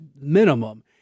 minimum